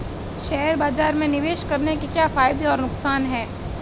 Share बाज़ार में निवेश करने के क्या फायदे और नुकसान हैं?